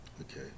Okay